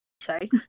Sorry